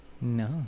no